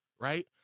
right